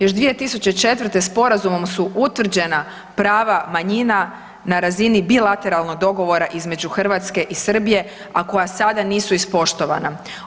Još 2004. sporazumom su utvređena prava manjina na razini bilateralnog dogovora između Hrvatske i Srbije, a koja sada nisu ispoštovana.